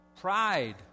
pride